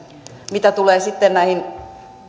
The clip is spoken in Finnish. mitä tulee